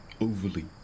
overly